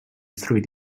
through